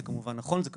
זה כמובן נכון, חשוב,